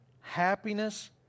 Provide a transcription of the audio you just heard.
happiness